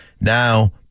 Now